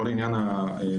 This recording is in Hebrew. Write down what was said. כל עניין הבריאות,